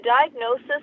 diagnosis